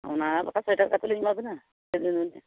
ᱚᱱᱟ ᱵᱟᱠᱷᱟᱱ ᱥᱚᱭ ᱴᱟᱠᱟ ᱠᱟᱛᱮᱫ ᱞᱤᱧ ᱮᱢᱟ ᱵᱮᱱᱟ ᱪᱮᱫ ᱵᱮᱱ ᱢᱮᱱᱮᱫᱼᱟ